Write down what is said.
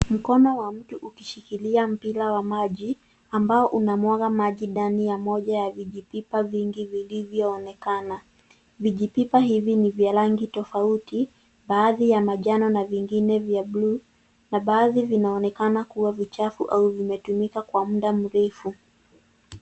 Mkono wa mtu ukishikilia mpira wa maji ambao unamwaga maji ya moja ya vijipipa vingi vilivyoonekana. Vijipipa hivi ni vya rangi tofauti. Baadhi ya manjano na vingine vya bluu na baadhi vinaonekana kuwa vichafu au vimetumika kwa muda mrefu.